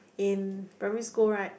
in primary school right in